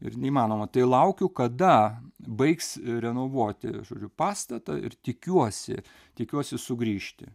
ir neįmanoma tai laukiu kada baigs renovuoti žodžiu pastatą ir tikiuosi tikiuosi sugrįžti